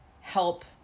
help